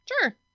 sure